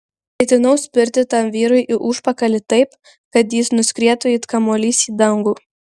ketinau spirti tam vyrui į užpakalį taip kad jis nuskrietų it kamuolys į dangų